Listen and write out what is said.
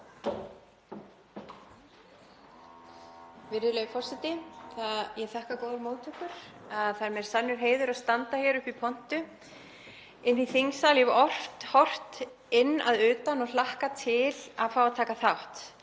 Virðulegi forseti. Ég þakka góðar móttökur. Það er mér sannur heiður að standa hér uppi í pontu í þingsal. Ég hef oft horft inn að utan og hlakkað til að fá að taka þátt